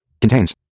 Contains